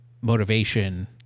motivation